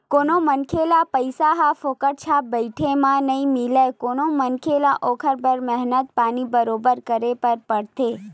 कोनो मनखे ल पइसा ह फोकट छाप बइठे म नइ मिलय कोनो मनखे ल ओखर बर मेहनत पानी बरोबर करे बर परथे